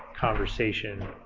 conversation